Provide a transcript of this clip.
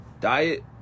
diet